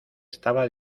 estaba